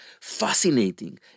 fascinating